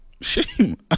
Shame